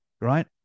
right